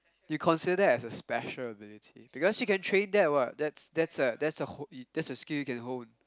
you consider as a special ability because you can train that what that's that's a that's a h~ that's a skill you can hone